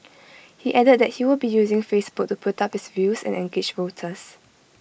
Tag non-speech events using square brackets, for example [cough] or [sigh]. [noise] he added that he will be using Facebook to put up his views and engage voters